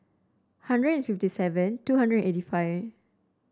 hundred and fifty seven two hundred eighty five